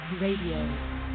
Radio